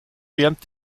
während